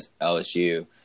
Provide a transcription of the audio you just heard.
LSU –